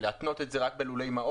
ההשקעה הזו חוזרת בריבית דריבית.